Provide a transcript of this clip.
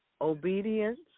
obedience